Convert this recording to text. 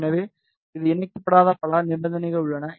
எனவே இது இணைக்கப்படாத பல நிபந்தனைகள் உள்ளன